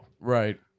Right